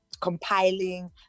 compiling